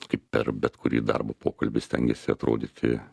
kaip per bet kurį darbo pokalbį stengiasi atrodyti